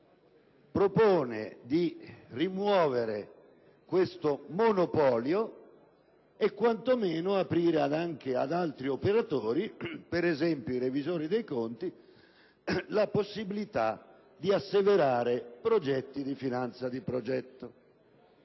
propone di rimuovere questo monopolio e quanto meno di aprire anche ad altri operatori, come nel caso dei revisori dei conti, la possibilita di asseverare progetti di finanza di progetto.